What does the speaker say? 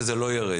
שזה לא יירד,